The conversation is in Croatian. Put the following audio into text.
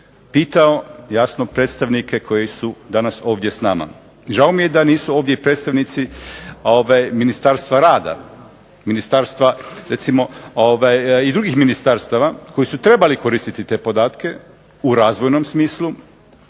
pitao predstavnike koji su danas ovdje s nama, žao mi je da nisu ovdje i predstavnici Ministarstva rada i drugih ministarstava koji su trebali koristiti te podatke u razvojnom smislu.